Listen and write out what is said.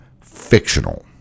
fictional